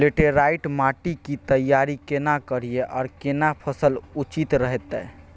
Laterite माटी की तैयारी केना करिए आर केना फसल उचित रहते?